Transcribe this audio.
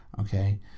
okay